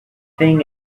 thing